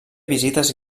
visites